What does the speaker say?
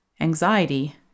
anxiety